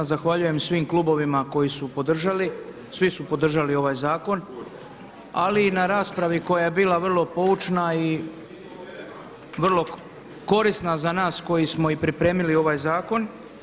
Zahvaljujem svim klubovima koji su podržali, svi su podržali ovaj zakon, ali i na raspravi koja je bila vrlo poučna i vrlo korisna za nas koji smo pripremili ovaj zakon.